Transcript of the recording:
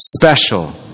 special